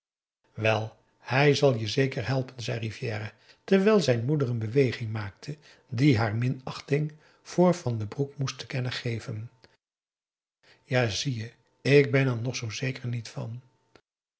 wel hij zal je zeker helpen zei rivière terwijl zijn moeder een beweging maakte die haar minachting voor van den broek moest te kennen geven ja zie je ik ben er nog zoo zeker niet van